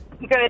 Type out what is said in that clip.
Good